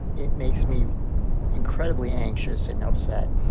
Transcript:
it makes me incredibly anxious and upset,